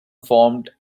formed